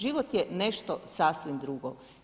Život je nešto sasvim drugo.